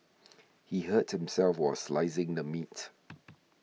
he hurt himself while slicing the meat